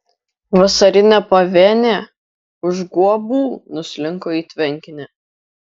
vasarinė pavėnė už guobų nuslinko į tvenkinį